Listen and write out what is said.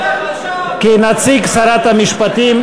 כנציג שרת המשפטים,